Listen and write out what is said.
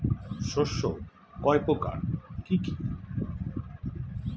শস্য কয় প্রকার কি কি?